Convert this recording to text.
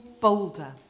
boulder